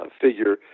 figure